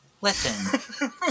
Listen